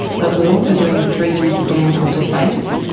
but we're also doing a three d scan of the face,